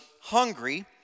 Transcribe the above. hungry